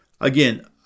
Again